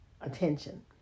attention